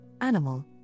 animal